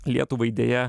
lietuvai deja